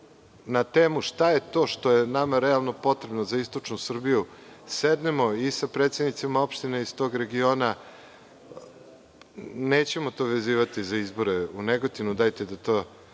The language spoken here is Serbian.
na temu šta je to što je nama realno potrebno za istočnu Srbiju, sednemo i sa predsednicima opština iz tog regiona, nećemo to vezivati za izbore u Negotinu, dajte da to